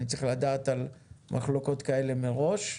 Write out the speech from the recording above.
אני צריך לדעת על מחלוקות כאלה מראש.